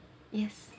yes